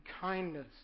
kindness